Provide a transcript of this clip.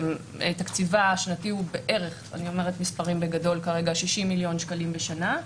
תקציבה השנתי הוא בערך 60 מיליון בשנה,